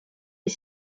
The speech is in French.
est